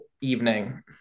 evening